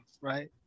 right